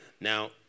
Now